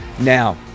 now